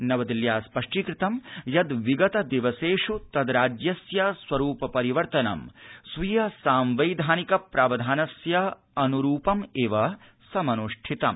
नवदिल्ल्या स्पष्टीकृतं यद् विगत दिवसेषु तद्राज्यस्य स्वरूप परिवर्तनं स्वीय सांवैधानिक प्रावधानस्य अनुरूपमेव समन्ष्ठितम्